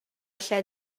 lle